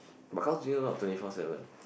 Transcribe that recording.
but Carls Junior not really twenty four seven